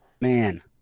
Man